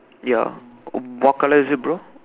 ya what colour is it bro